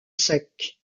sec